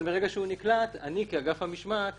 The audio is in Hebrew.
אבל מרגע שהוא נקלט אני כאגף המשמעת מחויב,